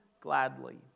gladly